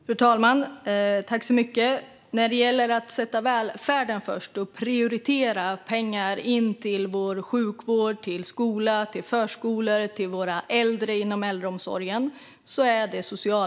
Fru talman! Det är Socialdemokraternas viktigaste fråga att sätta välfärden först och prioritera pengar till sjukvården, skolan, förskolan och äldreomsorgen.